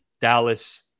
Dallas